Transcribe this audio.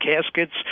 caskets